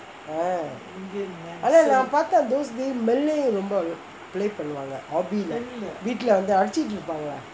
அதான் நா பாத்தேன்:athaan naa pathaen those days malay ரொம்ப:romba play பண்ணுவாங்கே:pannuvaangae hobby lah வீட்டுலே வந்து அடிச்சிட்டு இருபாங்கே:veetulae vanthu adichittu irupaangae